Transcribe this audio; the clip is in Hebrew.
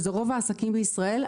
שהם רוב העסקים בישראל,